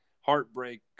heartbreak